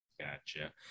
Gotcha